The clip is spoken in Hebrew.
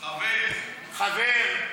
חבר.